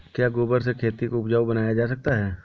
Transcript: क्या गोबर से खेती को उपजाउ बनाया जा सकता है?